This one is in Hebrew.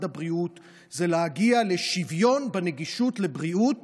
הבריאות זה להגיע לשוויון בנגישות הבריאות